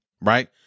Right